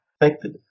affected